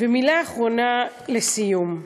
ומילה אחרונה לסיום: